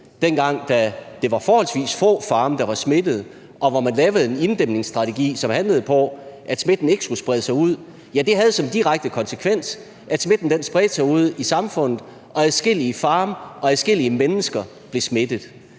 dengang, hvor der var forholdsvis få farme, der havde smitte, og hvor man lavede en inddæmningsstrategi, som handlede om, at smitten ikke skulle sprede sig ud – havde som direkte konsekvens, at smitten spredte sig ude i samfundet, og at adskillige farme og adskillige mennesker blev smittet.